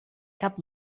cap